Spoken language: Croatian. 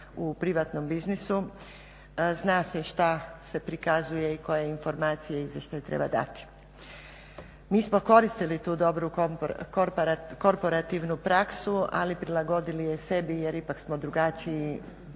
u privatnom biznisu, zna se što se prikazuje i koje informacije izvještaj treba dati. Mi smo koristili tu dobru korporativnu praksu, ali prilagodili je sebi jer ipak smo drugačiji,